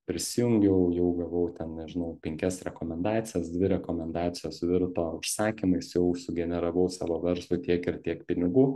prisijungiau jau gavau ten nežinau penkias rekomendacijas dvi rekomendacijos virto užsakymais jau sugeneravau savo verslui tiek ir tiek pinigų